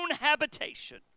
habitation